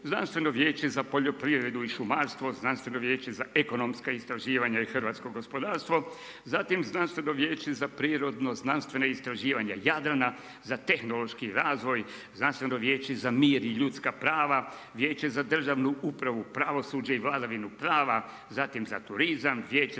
Znanstveno vijeće za poljoprivredu i šumarstvo, Znanstveno vijeće za ekonomska istraživanja i hrvatsko gospodarstvo. Zatim Znanstveno vijeće za prirodno-znanstvena istraživanja Jadrana, za tehnološki razvoj, Znanstveno vijeće za mir i ljudska prava, Vijeće za državnu upravu i pravosuđe i vladavinu prava, zatim za turizam, Vijeće